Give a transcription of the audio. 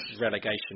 relegation